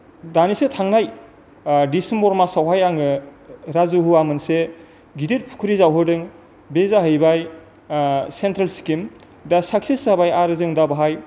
दानैसो थांनाय डिसेम्बर मासावहाय आङो राजुहुवा मोनसे गिदिर फुख्रि जावहोदों बे जाहैबाय सेन्ट्रेल स्किम दा साक्सेस जाबाय आरो दा जों बेहाय